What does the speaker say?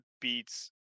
beats